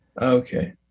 Okay